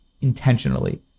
intentionally